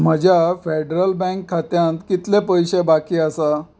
म्हज्या Federal Bank खात्यांत कितले पयशे बाकी आसात